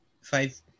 Five